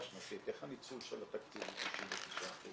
שנתית איך הניצול של התקציב הוא 99%?